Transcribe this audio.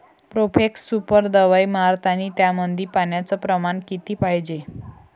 Profex super दवाई मारतानी त्यामंदी पान्याचं प्रमाण किती पायजे?